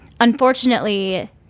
unfortunately